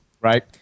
Right